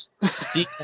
Steve